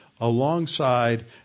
alongside